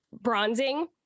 bronzing